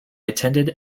attended